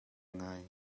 ngai